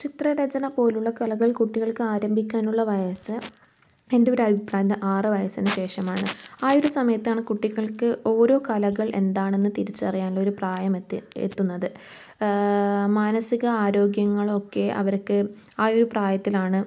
ചിത്രരചന പോലുള്ള കലകൾ കുട്ടികൾക്ക് ആരംഭിക്കാനുള്ള വയസ്സ് എൻറ്റൊരഭിപ്രായത്ത് ആറ് വയസ്സിന് ശേഷമാണ് ആ ഒരു സമയത്താണ് കുട്ടികൾക്ക് ഓരോ കലകൾ എന്താണെന്ന് തിരിച്ചറിയാനുള്ള ഒരു പ്രായം എത്തി എത്തുന്നത് മാനസിക ആരോഗ്യങ്ങളൊക്കെ അവർക്ക് ആ ഒരു പ്രായത്തിലാണ്